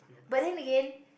but then again